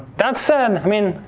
that said, i mean,